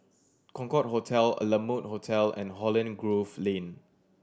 Concorde Hotel La Mode Hotel and Holland Grove Lane